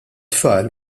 tfal